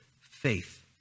faith